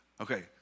Okay